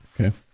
Okay